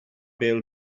bêl